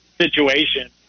situation